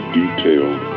detailed